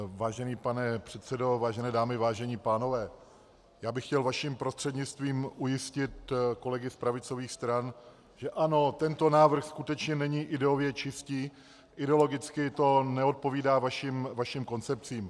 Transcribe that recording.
Vážený pane předsedo, vážené dámy, vážení pánové, já bych chtěl vaším prostřednictvím ujistit kolegy z pravicových stran, že ano, tento návrh skutečně není ideově čistý, ideologicky to neodpovídá vašim koncepcím.